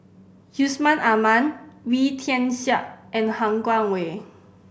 Yusman Aman Wee Tian Siak and Han Guangwei